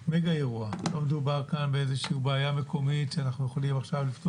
רם, יכול לספר